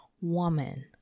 woman